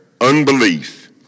unbelief